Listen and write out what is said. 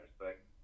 respect